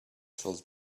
felt